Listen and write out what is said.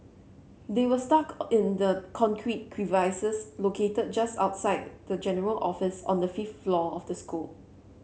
they were stuck in the concrete crevices located just outside the general office on the fifth floor of the school